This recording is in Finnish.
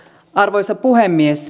arvoisa puhemies